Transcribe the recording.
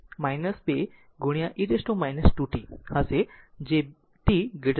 આમ 20 2 e t 2t હશે જે t 0 માટે છે